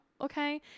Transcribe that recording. okay